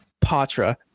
Patra